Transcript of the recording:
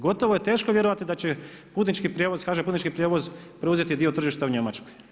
Gotovo je teško vjerovati da će putnički prijevoz, HŽ putnički prijevoz preuzeti dio tržišta u Njemačkoj.